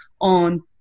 on